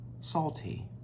salty